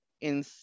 in-